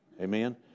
Amen